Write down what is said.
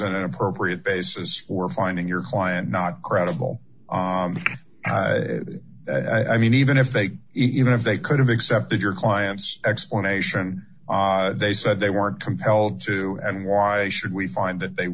an appropriate basis for finding your client not credible i mean even if they even if they could have accepted your client's explanation they said they were compelled to and why should we find that they